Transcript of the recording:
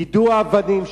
יידו שם אבנים.